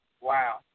Wow